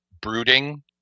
brooding